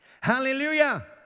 Hallelujah